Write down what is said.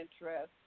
interest